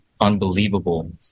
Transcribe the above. unbelievable